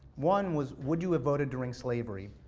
one was would you have voted during slavery?